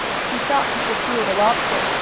he thought he could fool the lobster,